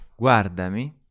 guardami